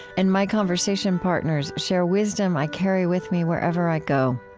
and my conversation partners share wisdom i carry with me wherever i go.